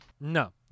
No